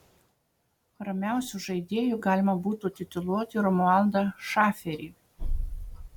ramiausiu žaidėju galima būtų tituluoti romualdą šaferį